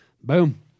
Boom